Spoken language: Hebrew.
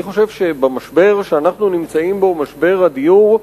אני חושב שבמשבר שאנחנו נמצאים בו, משבר הדיור,